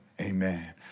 amen